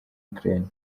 ukraine